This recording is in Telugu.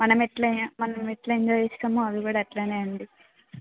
మనం ఎలా మనం ఎలా ఎంజాయ్ చేస్తామో అవి కూడా అలానే ఎంజాయ్